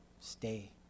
stay